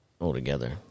altogether